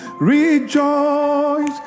Rejoice